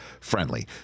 friendly